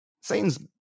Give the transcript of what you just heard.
Satan's